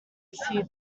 few